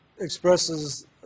expresses